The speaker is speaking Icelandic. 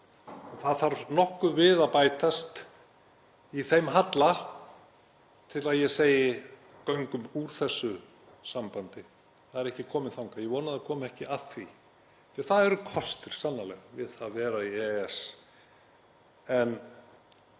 Það þarf nokkuð við að bætast í þeim halla til að ég segi: Göngum úr þessu sambandi. Það er ekki komið þangað, ég vona að það komi ekki að því, því að það eru kostir, sannarlega, við að vera í EES.